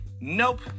Nope